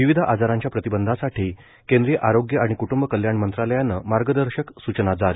विविध आजारांच्या प्रतिबंधासाठी केंद्रीय आरोग्य आणि क्टुंब कल्याण मंत्रालयाच्या मार्गदर्शक सूचना जारी